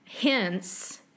hence